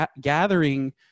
gathering